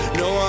no